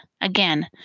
again